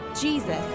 Jesus